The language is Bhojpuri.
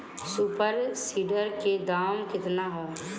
सुपर सीडर के दाम केतना ह?